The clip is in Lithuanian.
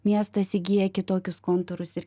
miestas įgyja kitokius kontūrus ir